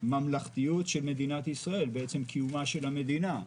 בממלכתיות של מדינת ישראל, בעצם קיומה של המדינה.